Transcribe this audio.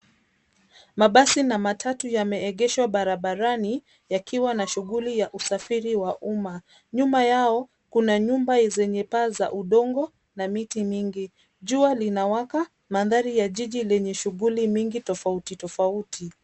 Mabasi na matatu yameegeshwa barabarani yakiwa na shughuli ya usafiri wa umma. Nyuma yao kuna nyumba zenye paa za udongo na miti mingi. Jua linawaka, mandhari ya jiji lenye shughuli mingi tofauti tofauti.